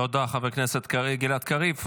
תודה, חבר הכנסת גלעד קריב.